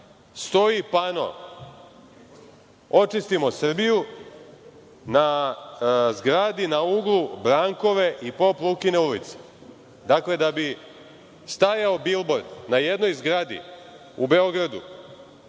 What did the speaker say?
stoji pano „Očistimo Srbiju“ na zgradi na uglu Brankove i Pop Lukine ulice. Dakle, da bi stajao bilbord na jednoj zgradi u Beogradu,